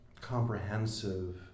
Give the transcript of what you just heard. comprehensive